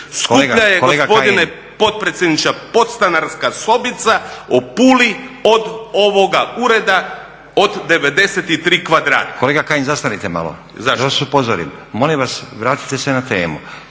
Skuplja je gospodine potpredsjedniče podstanarska sobica u Puli od ovoga ureda od 93 kvadrata. **Stazić, Nenad (SDP)** Kolega Kajin, zastanite malo da vas upozorim. Molim vas vratite se na temu.